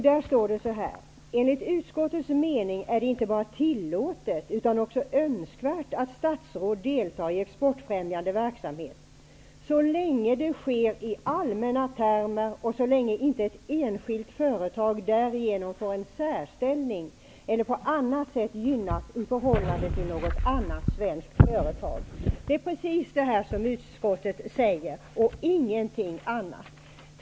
Där står: ''Enligt utskottets mening är det inte bara tillåtet utan också önskvärt att statsråd deltar i exportfrämjande verksamhet så länge det sker i allmänna termer och så länge inte ett enskilt företag därigenom får en särställning eller på annat sätt gynnas i förhållande till något annat svenskt företag.'' Det är precis detta som utskottet säger och ingenting annat.